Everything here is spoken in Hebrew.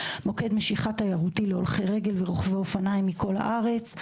מוקד משיכה תיירותי להולכי רגל ורוכבי אופניים מכל הארץ.